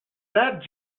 that